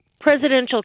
presidential